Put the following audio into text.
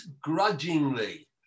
grudgingly